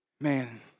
Man